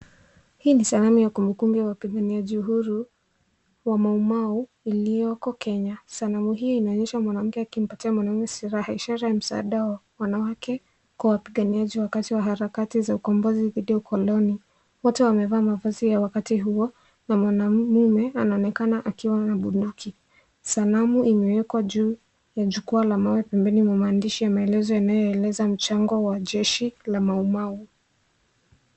Hii ni sanamu ya kumbukumbu ya wapiganiaji uhuru wa Maumau iliyoko Kenya. Sanamu hii inaonyesha mwanamke akimpatia mwanaume silaha, ishara ya msaada wa wanawake kwa wapiganiaji wakati wa harakati za ukombozi dhidi ya ukoloni. Wote wamevaa mavazi ya wakati huo na mwanaume anaonekana akiwa amebeba bunduki. Sanamu imewekwa juu ya jukwaa la mawe pembeni mwa maandishi ya maelezo yanayoeleza mchango wa jeshi la Maumau.